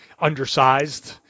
undersized